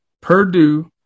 Purdue